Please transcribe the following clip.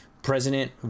president